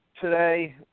today